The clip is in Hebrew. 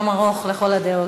יום ארוך לכל הדעות.